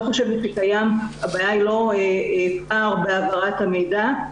חושבת שהבעיה היא פער בהעברת המידע.